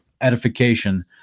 edification